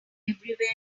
everywhere